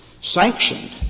sanctioned